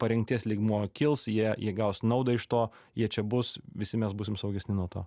parengties lygmuo kils jie jie gaus naudą iš to jie čia bus visi mes būsim saugesni nuo to